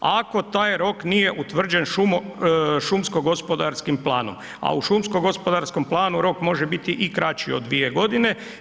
Ako taj rok nije utvrđen šumsko-gospodarskim planom, a u šumsko-gospodarskom planu rok može biti i kraći od 2 godine.